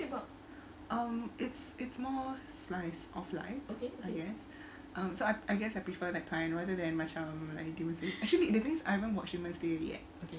um it's more slice of life I guess um so I guess I prefer that kind rather than macam like actually the things I remember watching